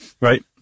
right